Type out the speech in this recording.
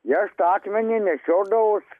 ir aš tą akmenį nešiodavaus